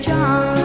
John